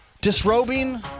disrobing